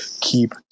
keep